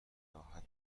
راحت